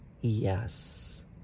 Yes